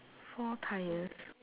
four tyres